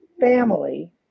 family